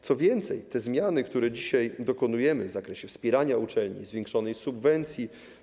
Co więcej, te zmiany, których dzisiaj dokonujemy w zakresie wspierania uczelni, zwiększonej subwencji.